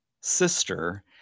sister